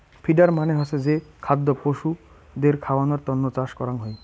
feeder মানে হসে যে খাদ্য পশুদের খাওয়ানোর তন্ন চাষ করাঙ হই